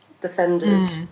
Defenders